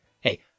Hey